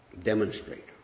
demonstrate